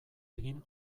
egin